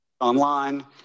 online